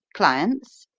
clients?